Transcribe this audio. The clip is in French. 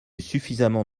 suffisamment